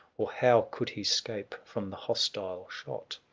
or how could he scape from the hostile shot?